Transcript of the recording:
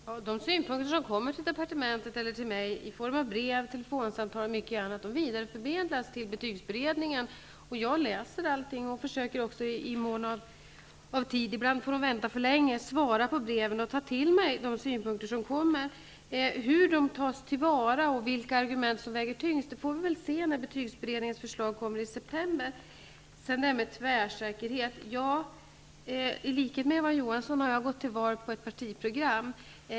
Fru talman! De synpunkter som kommer till departementet eller till mig i form av brev och telefonsamtal vidarförmedlas till betygsberedningen. Jag läser allting och försöker också i mån av tid -- ibland dröjer det för länge -- svara på breven och ta till mig de synpunkter som kommer fram. Hur dessa synpunkter tas till vara och vilka argument som väger tyngst får vi se i september när betygsberedningens förslag läggs fram. När det gäller det här med tvärsäkerhet har jag i likhet med Eva Johansson ställt upp i val på ett partiprogram.